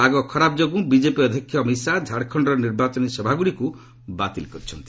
ପାଗ ଖରାପ ଯୋଗୁଁ ବିଜେପି ଅଧ୍ୟକ୍ଷ ଅମିତ ଶାହା ଝାଡ଼ଖଣର ନିର୍ବାଚନୀ ସଭାଗୁଡ଼ିକୁ ବାତିଲ୍ କରିଛନ୍ତି